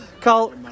Carl